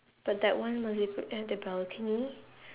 but that one must it put in the balcony